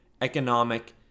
economic